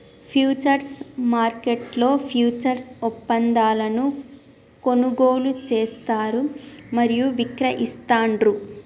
futures మార్కెట్లో futures ఒప్పందాలను కొనుగోలు చేస్తారు మరియు విక్రయిస్తాండ్రు